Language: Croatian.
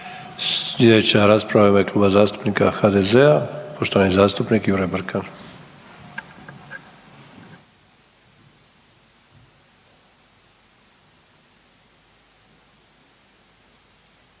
Sljedeća rasprava je u ime Kluba zastupnika HDZ-a poštovani zastupnik Jure Brkan.